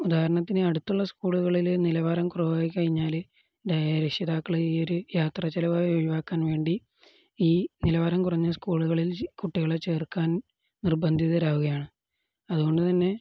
ഉദാഹരണത്തിന് അടുത്തുള്ള സ്കൂളുകളില് നിലവാരം കുറവായിക്കഴിഞ്ഞാല് രക്ഷിതാക്കള് ഈ ഒരു യാത്രാച്ചെലവ് ഒഴിവാക്കാൻ വേണ്ടി ഈ നിലവാരം കുറഞ്ഞ സ്കൂളുകളിൽ കുട്ടികളെ ചേർക്കാൻ നിർബന്ധിതരാവുകയാണ് അതുകൊണ്ടുതന്നെ